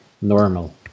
normal